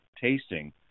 tasting